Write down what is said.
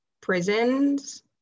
prisons